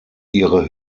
ihre